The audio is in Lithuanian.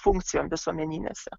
funkcijom visuomeninėse